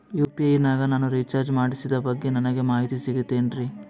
UPI ನಾಗ ನಾನು recharge ಮಾಡಿಸಿದ ಬಗ್ಗೆ ನನಗೆ ಮಾಹಿತಿ ಸಿಗುತೇನ್ರೀ?